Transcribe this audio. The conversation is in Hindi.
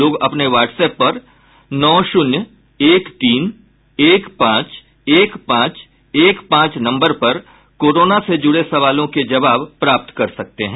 लोग अपने व्हाट्सएप पर नौ शून्य एक तीन एक पांच एक पांच एक पांच नम्बर पर कोरोना से जुड़े सवालों के जवाब प्राप्त कर सकते हैं